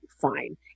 fine